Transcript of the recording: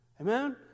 amen